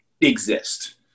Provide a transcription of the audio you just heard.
exist